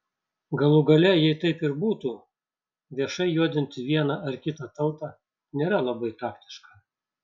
galų gale jei taip ir būtų viešai juodinti vieną ar kitą tautą nėra labai taktiška